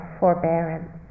forbearance